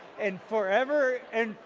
and forever and,